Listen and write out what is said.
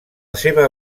seva